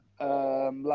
Last